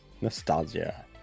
nostalgia